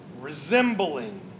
Resembling